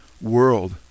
world